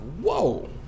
whoa